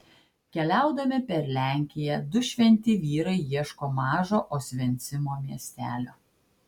keliaudami per lenkiją du šventi vyrai ieško mažo osvencimo miestelio